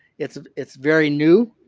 it's it's very new,